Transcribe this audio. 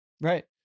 Right